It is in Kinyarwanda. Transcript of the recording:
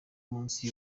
munsi